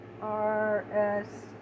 R-S